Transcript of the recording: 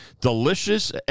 delicious